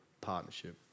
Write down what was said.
partnership